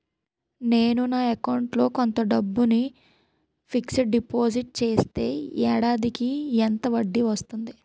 నేను నా అకౌంట్ లో కొంత డబ్బును ఫిక్సడ్ డెపోసిట్ చేస్తే ఏడాదికి ఎంత వడ్డీ వస్తుంది?